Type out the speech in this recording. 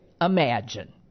imagine